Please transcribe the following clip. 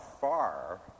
far